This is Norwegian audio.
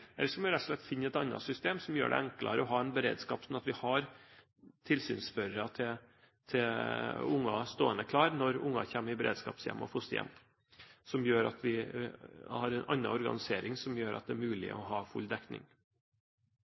eller vi må rett og slett finne et annet system, som gjør det enklere å ha en beredskap, sånn at vi har tilsynsførere til unger stående klare når unger kommer i beredskapshjem og fosterhjem. Vi må altså ha en organisering som gjør det mulig å ha full dekning.